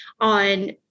on